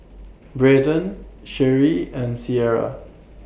Braydon Sheri and Sierra